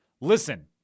listen